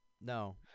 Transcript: No